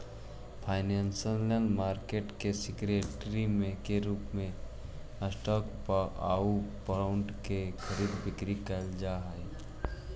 financial market में security के रूप में स्टॉक आउ बॉन्ड के खरीद बिक्री कैल जा हइ